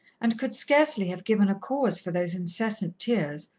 and could scarcely have given a cause for those incessant tears,